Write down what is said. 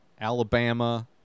Alabama